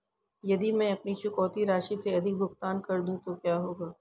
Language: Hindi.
यदि मैं अपनी चुकौती राशि से अधिक भुगतान कर दूं तो क्या होगा?